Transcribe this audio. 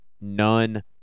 none